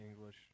English